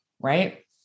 right